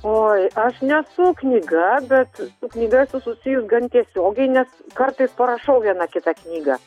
oi aš nesu knyga bet su knyga esu susijus gan tiesiogiai nes kartais parašau vieną kitą knygą